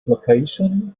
location